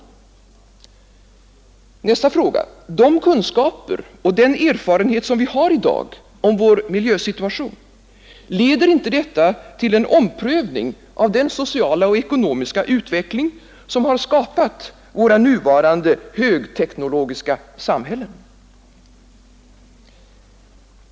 Nästa fråga: De kunskaper och den erfarenhet som vi har i dag om vår miljösituation, leder inte de till en omprövning av den sociala och ekonomiska utveckling som har skapat våra nuvarande högteknologiska samhällen?